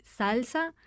salsa